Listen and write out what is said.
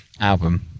album